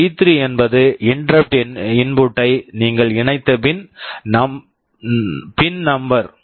டி3 D3 என்பது interrupt input interrupt input ஐ நீங்கள் இணைத்த பின் நம்பர் pin number